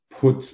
put